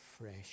fresh